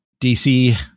DC